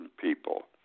people